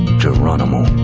geronimo,